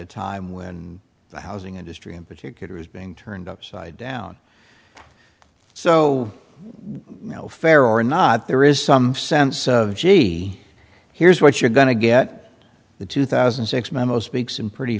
a time when the housing industry in particular is being turned upside down so no fair or not there is some sense of gee here's what you're going to get the two thousand and six memo speaks in pretty